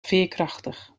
veerkrachtig